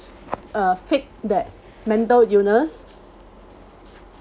uh fake that mental illness